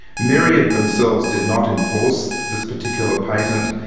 myriad themselves did not enforce this particular patent,